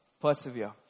persevere